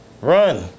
Run